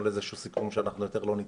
לאיזשהו סיכום שאנחנו יותר לא נתקוטט,